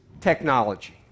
technology